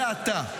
זה אתה.